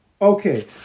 Okay